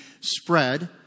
spread